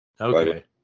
Okay